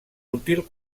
útil